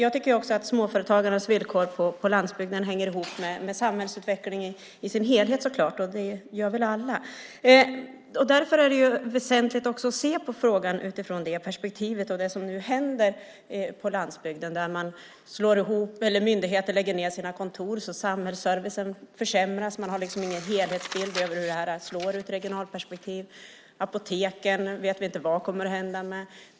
Villkoren för småföretagarna på landsbygden hänger självklart ihop med samhällsutvecklingen i dess helhet. Så är det väl för alla. Därför är det väsentligt att se på frågan i det perspektivet och utifrån vad som nu händer på landsbygden. Det är sammanslagningar, och myndigheter lägger ned sina kontor så samhällsservicen försämras. Man har liksom ingen helhetsbild av hur det här slår i ett regionalt perspektiv. Och inte vet vi vad som kommer att hända med apoteken.